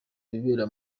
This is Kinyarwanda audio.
bibera